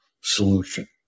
solution